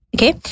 Okay